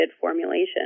formulation